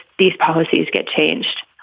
these policies get changed.